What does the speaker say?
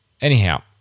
Anyhow